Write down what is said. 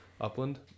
upland